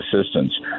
assistance